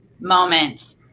moment